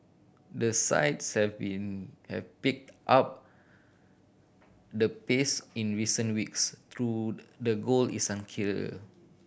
the sides have been have picked up the pace in recent weeks through the goal is unclear